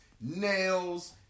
nails